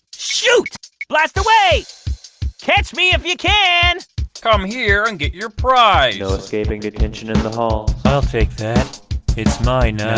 shoot blast away catch me. if you can come here and get your prize yeah no escaping attention in the hall. i'll take that it's mine